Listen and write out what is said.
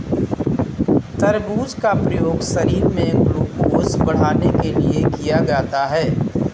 तरबूज का प्रयोग शरीर में ग्लूकोज़ को बढ़ाने के लिए किया जाता है